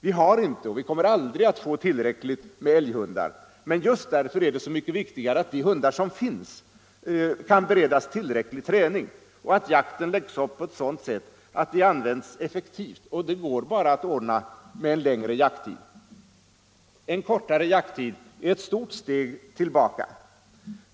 Vi har inte och kommer aldrig att få tillräckligt med älghundar, men just därför är det så mycket viktigare att de hundar som finns kan beredas tillräcklig träning och att jakten läggs upp på ett sådant sätt att de används effektivt, och det går bara att ordna med en längre jakttid. En kortare jakttid är ett stort steg tillbaka.